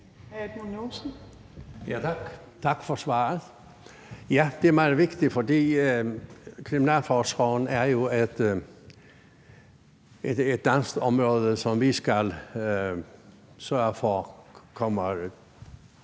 tak for svaret. Ja, det er meget vigtigt, for kriminalforsorgen er jo et dansk område, som vi skal sørge for